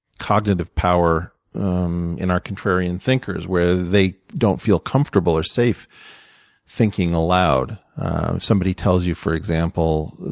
cognitive power um in our contrarian thinkers, where they don't feel comfortable or safe thinking aloud. if somebody tells you, for example,